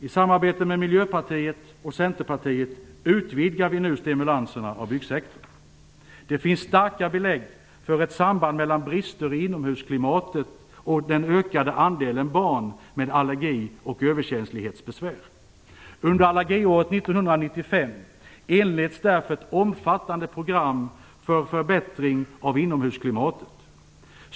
I samarbete med Miljöpartiet och Centerpartiet utvidgar vi nu stimulanserna av byggsektorn. Det finns starka belägg för ett samband mellan brister i inomhusklimatet och den ökande andelen barn med allergi och överkänslighetsbesvär. Under Allergiåret 1995 inleds därför ett omfattande program för förbättring av inomhusklimatet.